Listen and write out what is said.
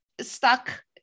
stuck